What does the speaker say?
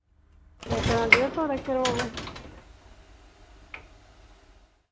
प्लेटें दा डेढ़ सौ तकर होग